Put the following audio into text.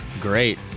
Great